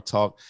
Talk